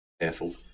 careful